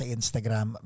Instagram